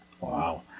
Wow